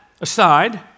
aside